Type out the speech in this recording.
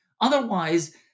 otherwise